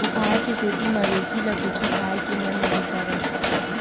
बुखार के सेती मवेशी ल कुछु खाए के मन नइ करय